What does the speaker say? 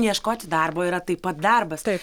ieškoti darbo yra taip pat darbas